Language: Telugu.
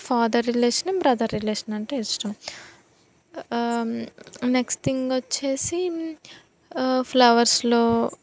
ఫాదర్ రిలేషను బ్రదర్ రిలేషన్ అంటే ఇష్టం నెక్స్ట్ థింగ్ వచ్చేసి ఫ్లవర్స్లో